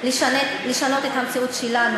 ולא זכויות הילד היהודי.